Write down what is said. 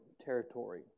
territory